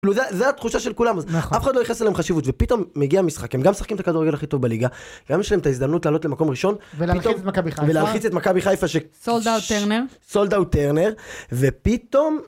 זה התחושה של כולם, אף אחד לא ייחס אליהם חשיבות, ופתאום מגיע משחק, הם גם שחקים את הכדורגל הכי טוב בליגה, גם יש להם את ההזדמנות לעלות למקום ראשון, ולהלחיץ את מכבי חיפה, סולד אאוט טרנר, ופתאום...